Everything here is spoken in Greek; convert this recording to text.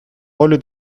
όλη